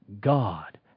God